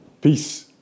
Peace